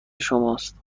شماست